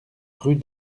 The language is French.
rue